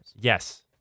Yes